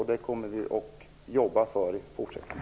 Det kommer vi också att jobba för i fortsättningen.